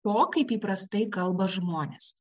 to kaip įprastai kalba žmonės